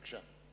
בבקשה.